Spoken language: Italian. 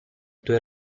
due